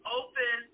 open